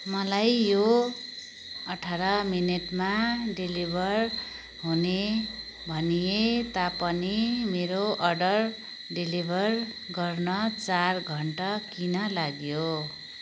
मलाई यो अठार मिनेटमा डेलिभर हुने भनिए तापनि मेरो अर्डर डेलिभर गर्न चार घन्टा किन लाग्यो